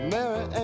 Mary